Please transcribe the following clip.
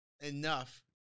enough